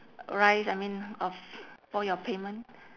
rise I mean of for your payment